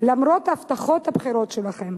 למרות הבטחות הבחירות שלכם,